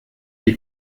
die